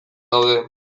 daude